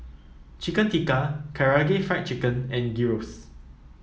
Chicken Tikka Karaage Fried Chicken and Gyros